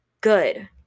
good